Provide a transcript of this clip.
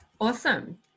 Awesome